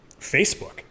Facebook